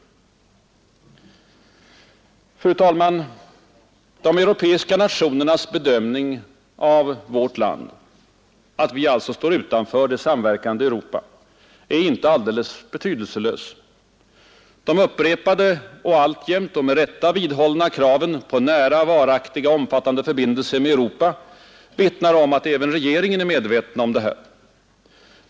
Fru talman! De europeiska nationernas bedömning av vårt land — att vi alltså står utanför det samverkande Europa — är inte alldeles betydelselös. De upprepade och alltjämt och med rätta vidhållna kraven på ”nära, varaktiga och omfattande förbindelser” med Europa vittnar om att även regeringen är medveten härom.